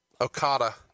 Okada